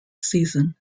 season